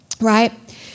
right